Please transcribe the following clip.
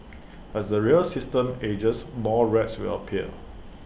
as the rail system ages more rats will appear